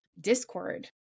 discord